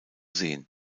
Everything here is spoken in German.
sehen